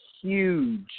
huge